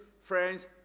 friends